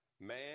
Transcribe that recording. Man